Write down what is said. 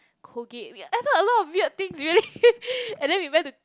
Colgate we added a lot of weird things really and then we went to